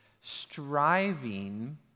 striving